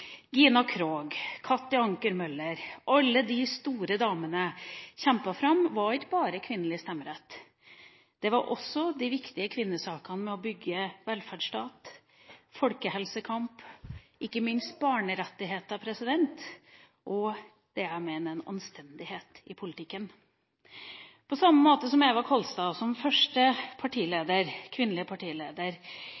Gina Krog og Katti Anker Møller – alle de store damene – kjempet ikke bare fram kvinnelig stemmerett. De kjempet også fram de viktige kvinnesakene med å bygge velferdsstat, folkehelsekamp, ikke minst barnerettigheter og det jeg mener er en anstendighet i politikken. På samme måte har Eva Kolstad vært viktig. Hun var den første